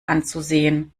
anzusehen